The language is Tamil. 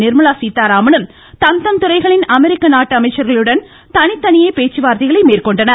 நிர்மலா சீத்தாராமனும் தத்தம் துறைகளின் அமெரிக்க நாட்டு அமைச்சர்களுடன் தனித்தனியே பேச்சுவார்த்தைகளை மேற்கொண்டனர்